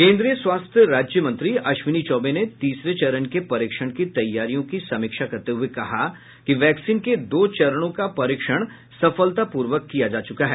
केन्द्रीय स्वास्थ्य राज्य मंत्री अश्विनी चौबे ने तीसरे चरण के परीक्षण की तैयारियों की समीक्षा करते हुये कहा कि वैक्सीन के दो चरणों का परीक्षण सफलतापूर्व किया जा चुका है